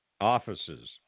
offices